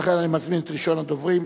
לכן אני מזמין את ראשון הדוברים,